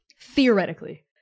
Theoretically